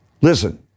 Listen